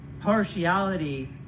partiality